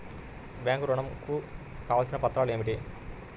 Bank ఋణం కు కావలసిన పత్రాలు ఏమిటి?